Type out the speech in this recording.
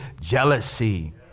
jealousy